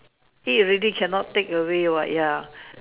eat already cannot take away what ya